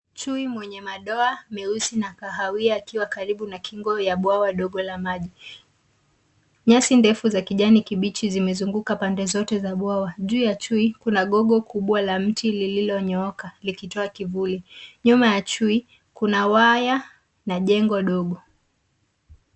Chui mwenye madoa meusi na kahawia akiwa karibu na kingo ya bwawa dogo la maji. Nyasi ndefu za kijani kibichi zimezunguka pande zote za bwawa. Juu ya chui, kuna gogo kubwa la mti lililonyooka likitoa kivuli. Nyuma ya chui kuna waya na jengo dogo.